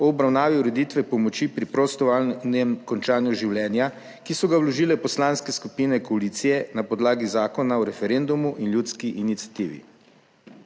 o obravnavi ureditve pomoči pri prostovoljnem končanju življenja, ki so ga vložile poslanske skupine koalicije na podlagi Zakona o referendumu in ljudski iniciativi.